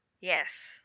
yes